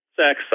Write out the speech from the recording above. sex